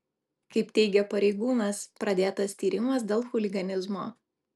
kaip teigia pareigūnas pradėtas tyrimas dėl chuliganizmo